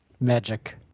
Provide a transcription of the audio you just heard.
Magic